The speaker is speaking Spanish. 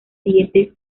siguiente